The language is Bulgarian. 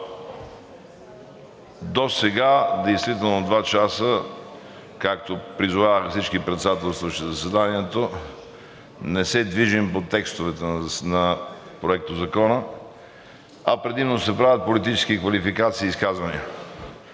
Досега действително два часа, както призоваваха всички председателстващи заседанието, не се движим по текстовете на Законопроекта, а предимно се правят политически квалификации и изказвания.